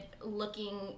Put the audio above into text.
looking